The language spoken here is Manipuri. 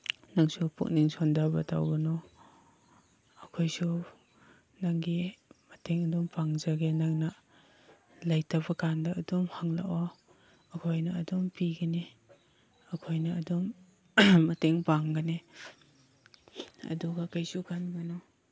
ꯅꯪꯁꯨ ꯄꯨꯛꯅꯤꯡ ꯁꯣꯟꯊꯕ ꯇꯧꯒꯅꯨ ꯑꯩꯈꯣꯏꯁꯨ ꯅꯪꯒꯤ ꯃꯇꯦꯡ ꯑꯗꯨꯝ ꯄꯥꯡꯖꯒꯦ ꯅꯪꯅ ꯂꯩꯇꯕꯀꯥꯟꯗ ꯑꯗꯨꯝ ꯍꯪꯂꯛꯑꯣ ꯑꯩꯈꯣꯏꯅ ꯑꯗꯨꯝ ꯄꯤꯒꯅꯤ ꯑꯩꯈꯣꯏꯅ ꯑꯗꯨꯝ ꯃꯇꯦꯡ ꯄꯥꯡꯒꯅꯤ ꯑꯗꯨꯒ ꯀꯩꯁꯨ ꯈꯟꯒꯅꯨ